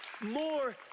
more